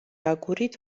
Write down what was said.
აგურით